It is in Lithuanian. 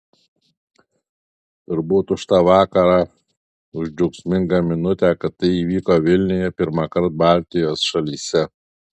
turbūt už tą vakarą už džiaugsmingą minutę kad tai įvyko vilniuje pirmąkart baltijos šalyse